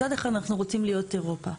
מצד אחד אנחנו רוצים להיות אירופה.